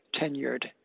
tenured